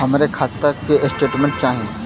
हमरे खाता के स्टेटमेंट चाही?